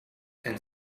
and